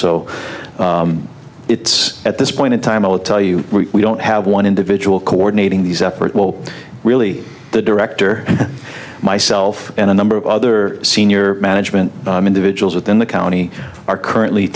so it's at this point in time i will tell you we don't have one individual coordinating the separate will really the director myself and a number of other senior management individuals within the county are currently